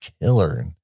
killer